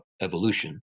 evolution